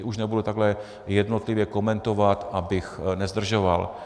To už nebudu takhle jednotlivě komentovat, abych nezdržoval.